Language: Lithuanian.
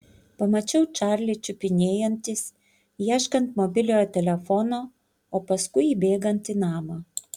pamačiau čarlį čiupinėjantis ieškant mobiliojo telefono o paskui įbėgant į namą